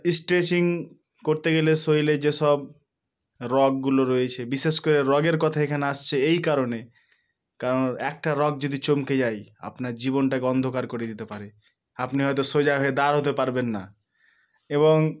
stretching করতে গেলে শরীরে যেসব রগগুলো রয়েছে বিশেষ করে রগের কথা এখানে আসছে এই কারণে কারণ একটা রগ যদি চমকে যায় আপনার জীবনটাকে অন্ধকার করে দিতে পারে আপনি হয়তো সোজা হয়ে দাঁড় হতে পারবেন না এবং